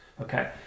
Okay